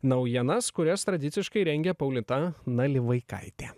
naujienas kurias tradiciškai rengia paulita nalivaikaitė